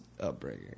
upbringing